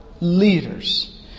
leaders